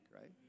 right